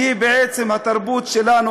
שהיא בעצם התרבות שלנו,